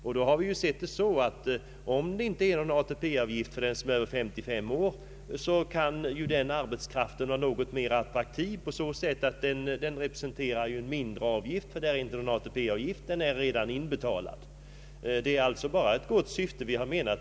Om arbetsgivaren inte skulle behöva erlägga någon ATP-avgift för den som är över 55 år, så skulle den arbetskraften bli mera attraktiv på så sätt att den representerar en lägre kostnad genom att ATP-avgiften redan är inbetald. Vi har alltså bara haft ett gott syfte med detta förslag.